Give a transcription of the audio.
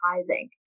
surprising